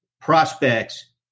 prospects